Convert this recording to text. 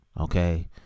Okay